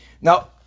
Now